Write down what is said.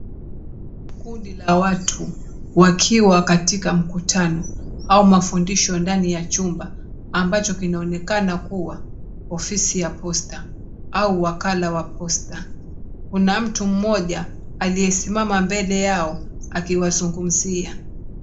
Kundi la watu wakiwa katika mkutano au mafundisho ndani ya chumba ambacho kinaonekana kuwa ofisi ya posta au wakala wa posta. Kuna mtu mmoja aliyesimama mbele yao akiwazungumzia.